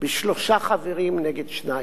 בשלושה חברים נגד שניים.